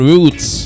Roots